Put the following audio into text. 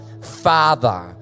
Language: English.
Father